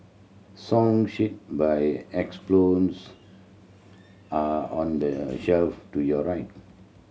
song sheet by are on the shelf to your right